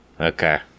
Okay